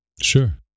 sure